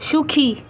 সুখী